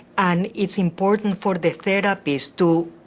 and it's important for the therapist to